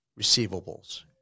Receivables